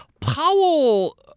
Powell